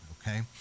okay